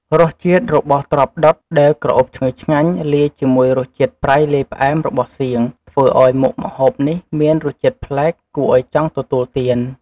រសជាតិរបស់ត្រប់ដុតដែលក្រអូបឈ្ងុយឆ្ងាញ់ លាយជាមួយរសជាតិប្រៃលាយផ្អែមរបស់សៀង ធ្វើឱ្យមុខម្ហូបនេះមានរសជាតិប្លែក គួរឱ្យចង់ទទួលទាន។